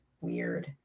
weird